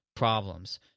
problems